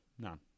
none